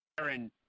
Aaron